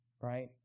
right